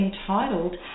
entitled